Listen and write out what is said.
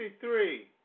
three